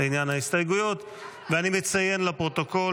יואב סגלוביץ', בועז טופורובסקי,